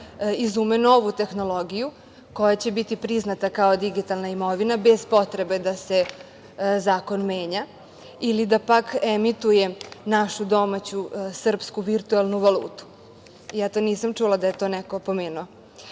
izume novu tehnologiju koja će biti priznata kao digitalna imovina, bez potrebe da se zakon menja ili da pak emituje našu domaću, srpsku virtuelnu valutu. Ja to nisam čula da je neko pomenuo. Treća